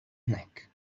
neck